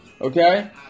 Okay